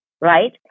right